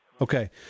Okay